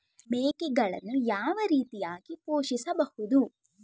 ಮೇಕೆಗಳನ್ನು ಯಾವ ರೀತಿಯಾಗಿ ಪೋಷಿಸಬಹುದು?